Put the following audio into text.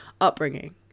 upbringing